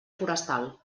forestal